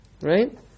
right